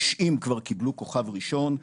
90 כבר קיבלו כוכב ראשון,